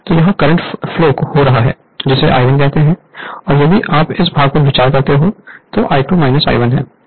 तो यहां current flow हो रहा है जिसे I1 कहते हैं और यदि आप इस भाग पर विचार करते हैं तो यह I2 I1 है